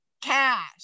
cash